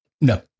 No